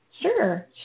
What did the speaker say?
Sure